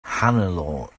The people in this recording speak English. hannelore